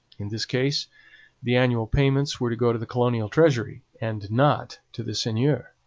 in this case the annual payments were to go to the colonial treasury, and not to the seigneur.